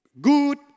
good